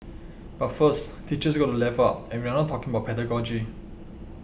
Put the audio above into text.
but first teachers got to level up and we are not talking about pedagogy